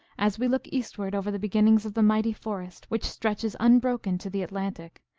as we look eastward over the beginnings of the mighty forest which stretches unbroken to the atlantic,